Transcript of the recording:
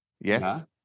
yes